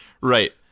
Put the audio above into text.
Right